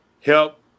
help